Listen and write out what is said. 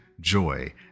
joy